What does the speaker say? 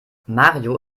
mario